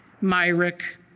Myrick